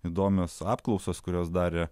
įdomios apklausos kurias darė